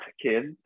kids